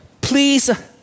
Please